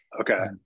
okay